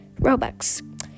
robux